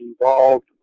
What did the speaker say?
involved